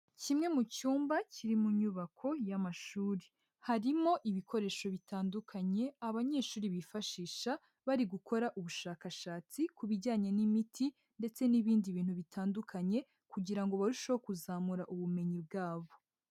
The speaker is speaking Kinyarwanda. Kimwe mu cyumba kiri mu nyubako y'amashuri, harimo ibikoresho bitandukanye abanyeshuri bifashisha bari gukora ubushakashatsi ku bijyanye n'imiti ndetse n'ibindi bintu bitandukanye kugira ngo barusheho kuzamura ubumenyi bwabo.